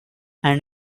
and